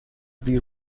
دیر